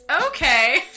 Okay